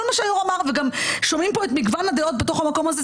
כל מה שהיושב ראש אמר וגם שומעים כאן את מגוון הדעות במקום הזה,